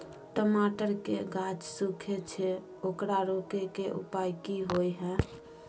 टमाटर के गाछ सूखे छै ओकरा रोके के उपाय कि होय है?